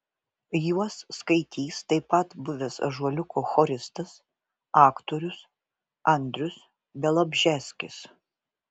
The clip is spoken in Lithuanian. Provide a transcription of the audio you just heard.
juos skaitys taip pat buvęs ąžuoliuko choristas aktorius andrius bialobžeskis